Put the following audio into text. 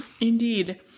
Indeed